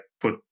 put